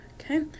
Okay